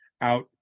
out